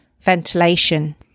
ventilation